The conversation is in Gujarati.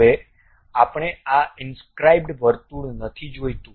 હવે આપણે આ ઇનસ્ક્રાઇબડ વર્તુળ નથી જોઈતું